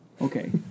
Okay